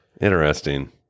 Interesting